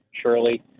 surely